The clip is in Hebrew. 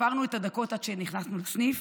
ספרנו את הדקות עד שנכנסנו לסניף,